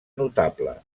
notable